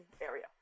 area